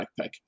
backpack